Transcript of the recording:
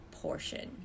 portion